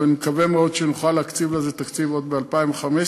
ואני מקווה מאוד שנוכל להקציב לזה תקציב עוד ב-2015.